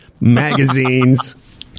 magazines